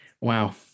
wow